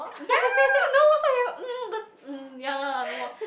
ya no but mm yeah no